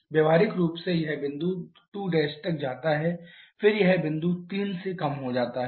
व्यावहारिक रूप से यह बिंदु 2 तक जाता है फिर यह बिंदु 3 से कम हो जाता है